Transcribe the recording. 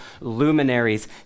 luminaries